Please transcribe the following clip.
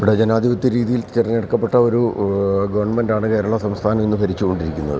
ഇവിടെ ജനാധിപത്യ രീതിയിൽ തെരഞ്ഞെടുക്കപ്പെട്ട ഒരു ഗെവൺമെൻ്റാണ് കേരള സംസ്ഥാനം ഇന്ന് ഭരിച്ച് കൊണ്ടിരിക്കുന്നത്